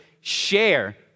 share